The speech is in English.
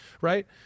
right